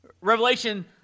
Revelation